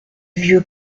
vieux